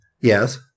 Yes